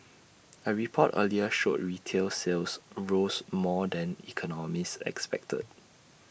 A report earlier showed retail sales rose more than economists expected